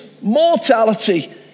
mortality